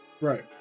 Right